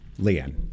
Leanne